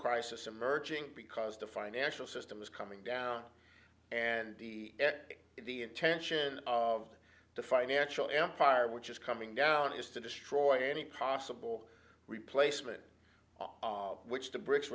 crisis emerging because the financial system is coming down and the intention of the financial empire which is coming down is to destroy any possible replacement which the bricks